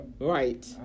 right